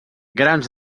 grans